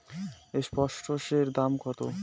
পাম্পসেটের দাম কত?